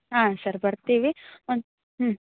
ಹಾಂ ಸರ್ ಬರ್ತೀವಿ ಒಂದು ಹ್ಞೂ